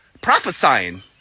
prophesying